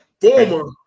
former